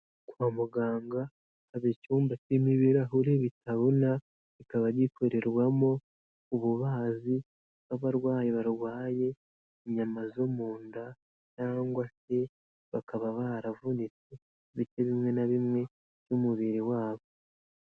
Kwa muganga hari icyumba kirimo ibirahure bitabona, kikaba gikorerwamo ububazi bw'abarwayi barwaye inyama zo mu nda cyangwa se bakaba baravunitse ibice bimwe na bimwe n'umubiri wabo.